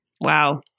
Wow